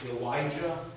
Elijah